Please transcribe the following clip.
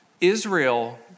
Israel